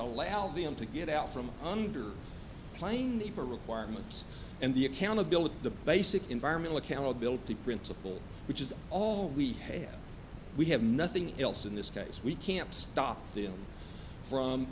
allow them to get out from under playing for requirements and the accountability the basic environmental accountability principle which is all we have we have nothing else in this case we can't stop them from